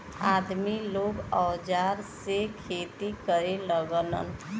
आदमी लोग औजार से खेती करे लगलन